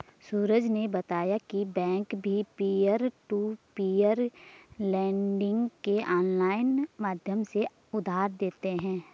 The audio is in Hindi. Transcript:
सूरज ने बताया की बैंक भी पियर टू पियर लेडिंग के ऑनलाइन माध्यम से उधार देते हैं